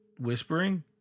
whispering